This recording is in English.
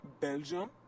Belgium